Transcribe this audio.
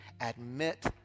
Admit